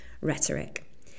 rhetoric